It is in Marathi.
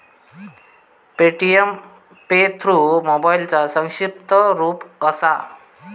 पे.टी.एम पे थ्रू मोबाईलचा संक्षिप्त रूप असा